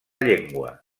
llengua